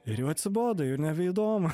ir jau atsibodo jau nebeįdomu